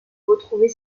retrouver